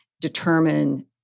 determine